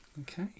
Okay